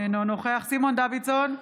אינו נוכח סימון דוידסון,